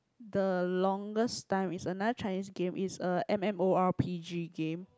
the longest time is another Chinese game is a M M_O_r_P_G game